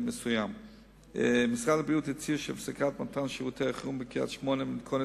"זיו" בקריית-שמונה.